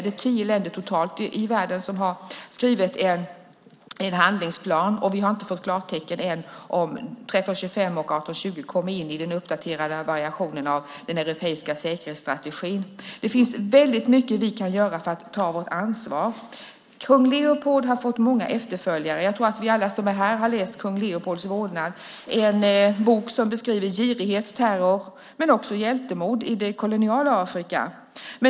Det är tio länder totalt i världen som har skrivit en handlingsplan. Vi har inte fått klartecken än om 1325 och 1820 kommer in i den uppdaterade versionen av den europeiska säkerhetsstrategin. Det finns väldigt mycket vi kan göra för att ta vårt ansvar. Kung Leopold har fått många efterföljare. Jag tror att vi alla som är här har läst Kung Leopolds vålnad . Det är en bok som beskriver girighet och terror men också hjältemod i det koloniala Afrika.